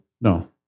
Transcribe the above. No